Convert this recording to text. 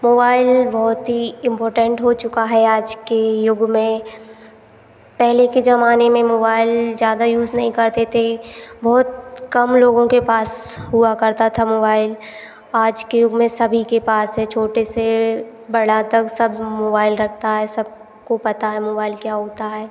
mobile बहुत ही important हो चुका है आज के युग में पहले के जमाने में मोबाइल ज़्यादा यूज़ नहीं करते थे बहुत कम लोगों के पास हुआ करता था मोबाइल आज के युग में सभी के पास है छोटे से बड़ा तक सब मोबाइल रखता है सबको पता है मोबाइल क्या होता है